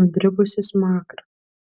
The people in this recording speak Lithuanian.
nudribusį smakrą